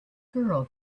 girl